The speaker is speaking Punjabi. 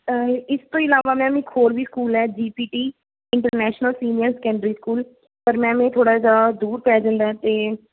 ਇਸ ਤੋਂ ਇਲਾਵਾ ਮੈਮ ਇੱਕ ਹੋਰ ਵੀ ਸਕੂਲ ਹੈ G P T international senior secondary school ਪਰ ਮੈਮ ਇਹ ਥੋੜ੍ਹਾ ਜਿਹਾ ਦੂਰ ਪੈ ਜਾਂਦਾ ਅਤੇ